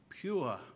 pure